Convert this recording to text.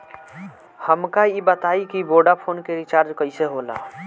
हमका ई बताई कि वोडाफोन के रिचार्ज कईसे होला?